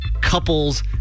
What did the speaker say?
couples